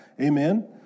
Amen